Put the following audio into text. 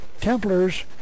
Templars